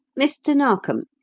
mr. narkom,